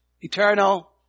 eternal